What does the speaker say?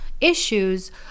issues